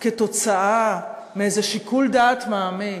כתוצאה מאיזה שיקול דעת מעמיק.